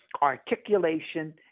articulation